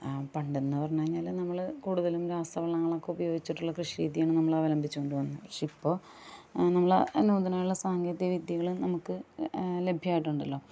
പണ്ടെന്ന് പറഞ്ഞ് കഴിഞ്ഞാല് നമ്മള് കൂടുതലും രാസവളങ്ങളൊക്കെ ഉപയോഗിച്ചിട്ടുള്ള കൃഷിരീതിയാണ് നമ്മൾ അവലംബിച്ചുകൊണ്ട് വന്നത് പക്ഷേ ഇപ്പോൾ നമ്മള് നൂതനമായുള്ള സാങ്കേതികവിദ്യകള് നമുക്ക് ലഭ്യവായിട്ടുണ്ടല്ലൊ